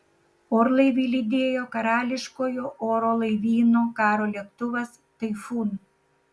orlaivį lydėjo karališkojo oro laivyno karo lėktuvas taifūn